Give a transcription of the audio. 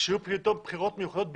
כשיהיו בחירות מיוחדות בטבריה,